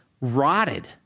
rotted